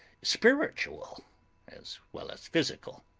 spiritual as well as physical.